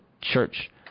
church